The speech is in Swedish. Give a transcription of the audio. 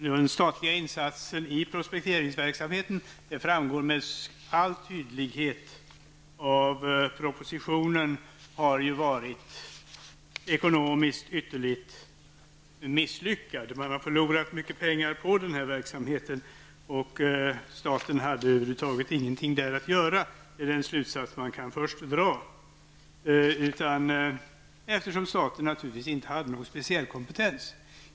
Att den statliga insatsen i prospekteringsverksamheten har varit mycket misslyckad ur ekonomisk synpunkt framgår med all tydlighet av propositionen. Man har förlorat mycket pengar på den här verksamheten, och staten hade över huvud taget ingenting där att göra. Det är den slutsats man kan dra. Staten hade naturligtvis ingen särskild kompetens.